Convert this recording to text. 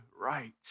right